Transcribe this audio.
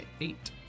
eight